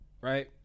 right